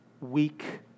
weak